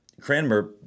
Cranmer